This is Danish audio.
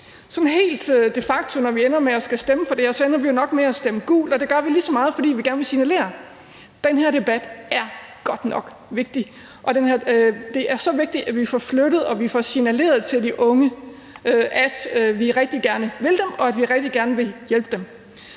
Sådan helt faktuelt, når vi ender med at skulle stemme om det her, ender vi jo nok med at stemme gult, og det gør vi lige så meget, fordi vi gerne vil signalere, at den her debat godt nok er vigtig, og at det er så vigtigt, at vi får flyttet noget og får signaleret til de unge, at vi rigtig gerne vil dem, og at vi rigtig gerne vil hjælpe dem.